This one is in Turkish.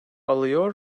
alıyor